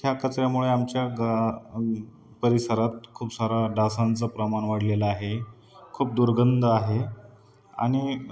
ह्या कचऱ्यामुळे आमच्या गा परिसरात खूप सारा डासांचं प्रमाण वाढलेलं आहे खूप दुर्गंध आहे आणि